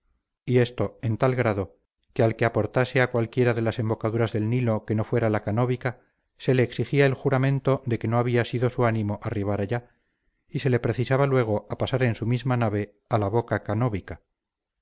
y esto en tal grado que al que aportase a cualquiera de las embocaduras del nilo que no fuera la canóbica se le exigía el juramento de que no había sido su ánimo arribar allá y se le precisaba luego a pasar en su misma nave la boca canóbica